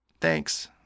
Thanks